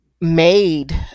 made